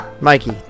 Mikey